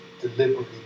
deliberately